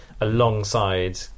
alongside